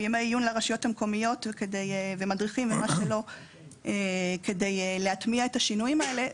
ימי עיון לרשויות המקומיות ומדריכים כדי להטמיע את השינויים האלה,